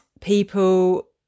people